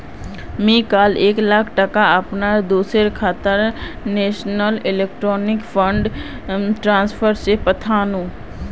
मी काल एक लाख टका अपना दोस्टर खातात नेशनल इलेक्ट्रॉनिक फण्ड ट्रान्सफर से पथानु